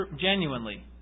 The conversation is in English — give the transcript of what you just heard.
genuinely